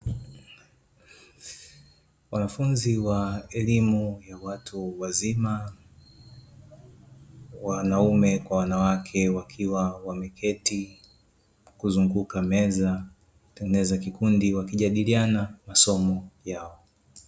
Wanafunzi wa elemu ya watu wazima, wanaume kwa wanawake, wakiwa wameketi kuzunguka meza wakitengeneza kikundi, wakijadiliana masomo yao.